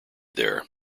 there